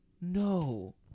No